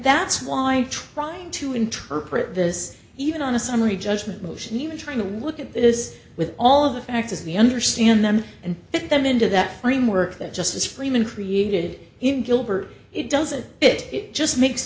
that's why trying to interpret this even on a summary judgment motion you try to look at this with all of the facts as we understand them and get them into that framework that justice freeman created in gilbert it doesn't it it just makes